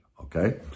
okay